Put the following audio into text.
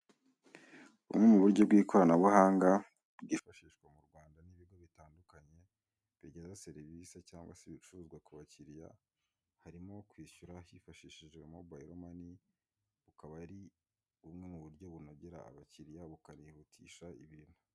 Bumwe mu buryo bw'ikoranabuhanga bwifashisha mu Rwanda n'ibigo bitandukanye bugeza serivisi cyangwa se ibicuruzwa ku bakiriya harimo kwishyura hifashishije (Mobile money) bukaba ari bumwe mu buryo bunogera abakiriya ndetse bikanihutisha ibintu.